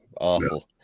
Awful